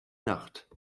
nacht